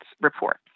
report